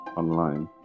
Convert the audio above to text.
online